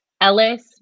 Ellis